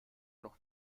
noch